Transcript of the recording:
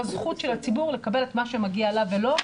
בזכות של הציבור לקבל את מה שמגיע לה ולו,